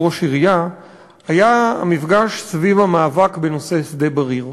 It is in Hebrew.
ראש עירייה היה סביב המאבק בנושא שדה-בריר.